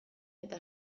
eta